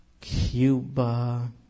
Cuba